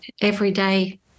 everyday